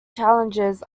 challenges